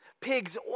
Pigs